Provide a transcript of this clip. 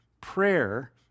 Prayer